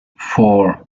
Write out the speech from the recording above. four